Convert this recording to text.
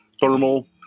thermal